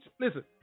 listen